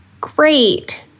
Great